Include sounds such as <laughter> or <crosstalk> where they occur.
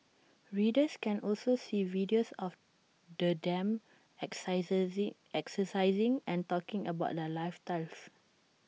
readers can also see videos of the them <unintelligible> exercising and talking about their lifestyle